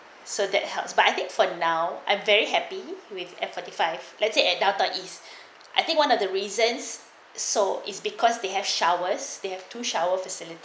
so that helps but I think for now I'm very happy with F forty five lets say at downtown east I think one of the reasons so is because they have showers they have two shower facility